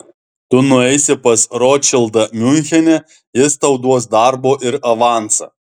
tu nueisi pas rotšildą miunchene jis tau duos darbo ir avansą